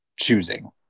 choosing